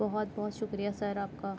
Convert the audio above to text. بہت بہت شکریہ سر آپ کا